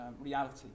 reality